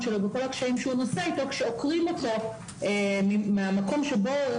שלו וכל הקשיים שהוא נושא איתו כאשר עוקרים אותו מהמקום בו הוא